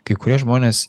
kai kurie žmonės